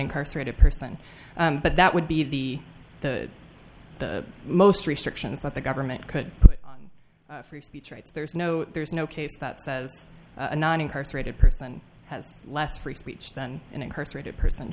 incarcerated person but that would be the the the most restrictions that the government could put on free speech rights there's no there's no case that says a non incarcerated person has less free speech than an incarcerated person